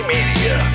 Media